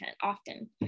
often